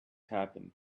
happened